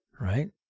right